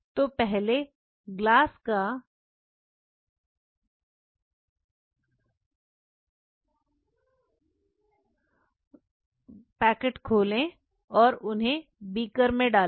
तो पहले glass coverslip को ले और उन्हें बीकर में डालें